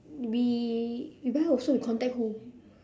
we buy also we contact who